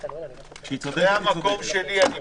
דתי, אני